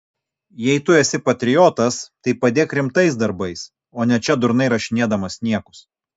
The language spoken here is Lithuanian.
jei tu esi patriotas tai padėk rimtais darbais o ne čia durnai rašinėdamas niekus